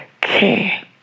care